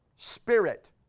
Spirit